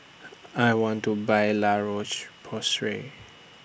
I want to Buy La Roche Porsay